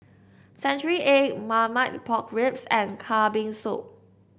Century Egg Marmite Pork Ribs and Kambing Soup